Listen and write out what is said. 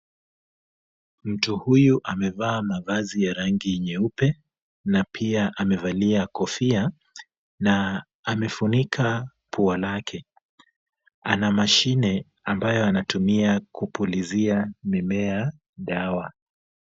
Mtu huyu amevaa mavazi ya rangi nyeupe na pia amevalia kofia na amefunika pua lake. Ana mashine ambayo anatumia kupulizia mimea dawa.